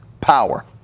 power